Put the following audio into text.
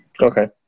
Okay